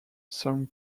some